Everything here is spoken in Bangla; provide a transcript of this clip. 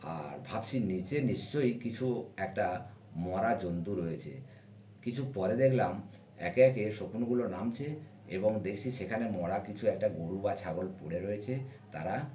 আর ভাবছি নিচে নিশ্চয়ই কিছু একটা মরা জন্তু রয়েছে কিছু পরে দেখলাম একে একে শকুনগুলো নামছে এবং দেখছি সেখানে মরা কিছু একটা গরু বা ছাগল পড়ে রয়েছে তারা